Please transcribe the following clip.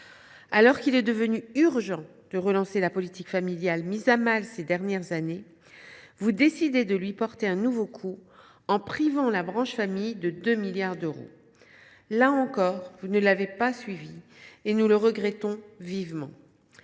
Alors qu’il est devenu urgent de relancer la politique familiale, mise à mal ces dernières années, vous décidez de lui porter un nouveau coup en privant la branche famille de ces 2 milliards d’euros. Là encore, vous ne nous avez pas suivis, et nous le regrettons vivement.